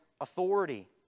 authority